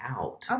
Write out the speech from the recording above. out